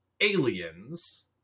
aliens